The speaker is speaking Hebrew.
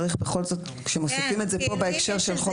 צריך בכל זאת כשמוסיפים זאת פה בהקשר של חוק איסור אלימות